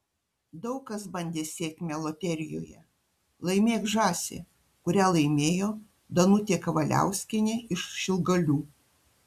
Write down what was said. daug kas bandė sėkmę loterijoje laimėk žąsį kurią laimėjo danutė kavaliauskienė iš šilgalių